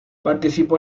participó